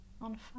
on